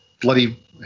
bloody